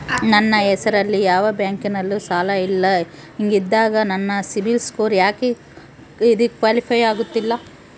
ನನ್ನ ಹೆಸರಲ್ಲಿ ಯಾವ ಬ್ಯಾಂಕಿನಲ್ಲೂ ಸಾಲ ಇಲ್ಲ ಹಿಂಗಿದ್ದಾಗ ನನ್ನ ಸಿಬಿಲ್ ಸ್ಕೋರ್ ಯಾಕೆ ಕ್ವಾಲಿಫೈ ಆಗುತ್ತಿಲ್ಲ?